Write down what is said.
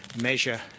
measure